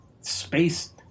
space